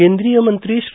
केंद्रीय मंत्री श्री